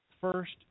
first